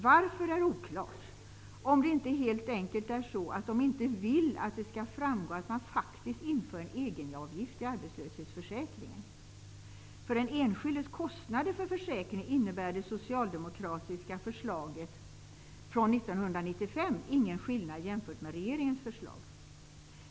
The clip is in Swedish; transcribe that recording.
Varför är oklart, om det inte helt enkelt är så att de inte vill att det skall framgå att man faktiskt inför en egenavgift i arbetslöshetsförsäkringen. För den enskildes kostnader för försäkringen innebär det socialdemokratiska förslaget fr.o.m. 1995 ingen skillnad jämfört med regeringens förslag.